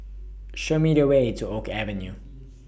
Show Me The Way to Oak Avenue